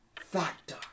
Factor